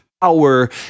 power